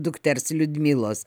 dukters liudmilos